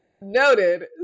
Noted